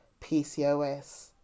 PCOS